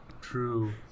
True